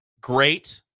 great